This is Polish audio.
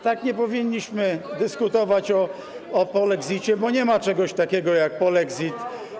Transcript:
tak nie powinniśmy dyskutować o polexicie, bo nie ma czegoś takiego jak polexit.